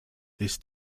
this